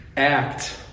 Act